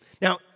Now